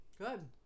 Good